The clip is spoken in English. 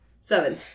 Seven